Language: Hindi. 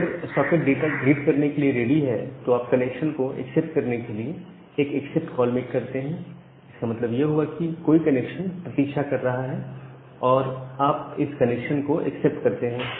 अगर सॉकेट डाटा रीड करने के लिए रेडी है तो आप कनेक्शन को एक्सेप्ट करने के लिए एक एक्सेप्ट कॉल मेक करते हैं इसका मतलब यह हुआ कि कोई कनेक्शन प्रतीक्षा कर रहा है और आप इस कनेक्शन को एक्सेप्ट करते हैं